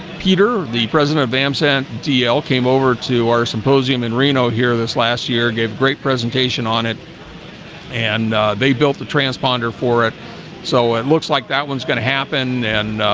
peter the president of am cent tl came over to our symposium in reno here this last year gave great presentation on it and they built the transponder for it so it looks like that one's gonna happen and